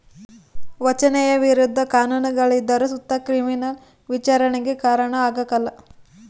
ವಂಚನೆಯ ವಿರುದ್ಧ ಕಾನೂನುಗಳಿದ್ದರು ಸುತ ಕ್ರಿಮಿನಲ್ ವಿಚಾರಣೆಗೆ ಕಾರಣ ಆಗ್ಕಲ